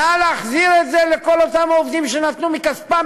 נא להחזיר את זה לכל אותם העובדים שנתנו מכספם,